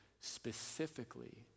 specifically